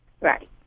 Right